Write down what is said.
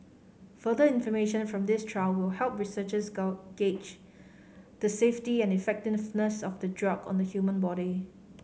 further information from this trial will help researchers gull gauge the safety and effectiveness of the drug on the human body